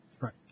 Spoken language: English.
right